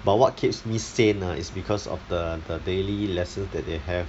but what keeps me sane ah is because of the the daily lessons that they have